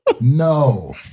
No